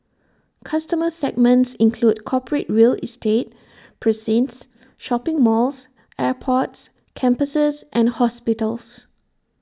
customer segments include corporate real estate precincts shopping malls airports campuses and hospitals